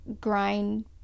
grind